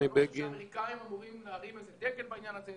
למרות אמריקאים אמורים להרים איזה דגל בעניין הזה,